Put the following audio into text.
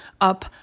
up